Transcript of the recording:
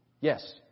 Yes